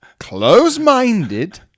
Close-minded